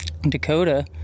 Dakota